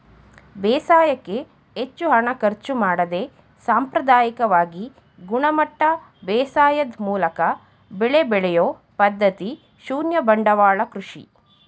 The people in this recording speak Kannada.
ಬೇಸಾಯಕ್ಕೆ ಹೆಚ್ಚು ಹಣ ಖರ್ಚು ಮಾಡದೆ ಸಾಂಪ್ರದಾಯಿಕವಾಗಿ ಗುಣಮಟ್ಟ ಬೇಸಾಯದ್ ಮೂಲಕ ಬೆಳೆ ಬೆಳೆಯೊ ಪದ್ಧತಿ ಶೂನ್ಯ ಬಂಡವಾಳ ಕೃಷಿ